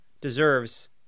deserves